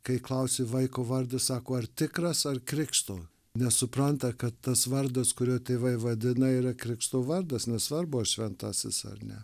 kai klausi vaiko vardas sako ar tikras ar krikšto nesupranta kad tas vardas kuriuo tėvai vadina yra krikšto vardas nesvarbu ar šventasis ar ne